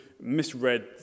misread